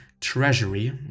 treasury